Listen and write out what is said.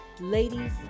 ladies